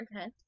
Okay